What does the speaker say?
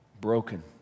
broken